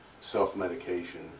self-medication